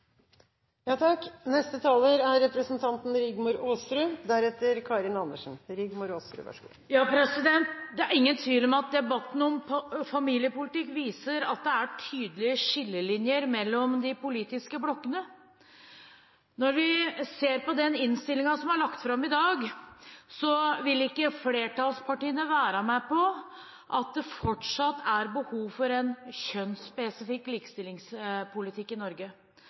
Det er ingen tvil om at debatten om familiepolitikk viser at det er tydelige skillelinjer mellom de politiske blokkene. Når vi ser på den innstillingen som er lagt fram i dag, vil ikke flertallspartiene være med på at det fortsatt er behov for en kjønnsspesifikk likestillingspolitikk i Norge